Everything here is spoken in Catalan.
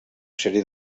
sèrie